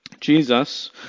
Jesus